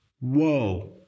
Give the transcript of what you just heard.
Whoa